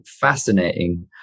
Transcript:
fascinating